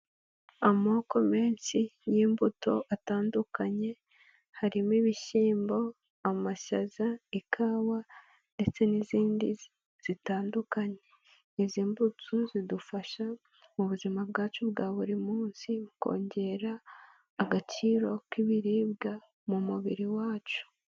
Amoko menshi y'imbuto atandukanye harimo: ibishyimbo, amashaza, ikawa ndetse n'izindi zitandukanye, izi mbutso zidufasha mu buzima bwacu bwa buri munsi, mu kongerare agaciro k'ibiribwa mu mubiri wacu.